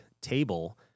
table